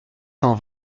cent